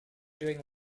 doing